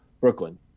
Brooklyn